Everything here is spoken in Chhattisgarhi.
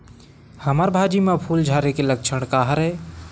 हमर भाजी म फूल झारे के लक्षण का हरय?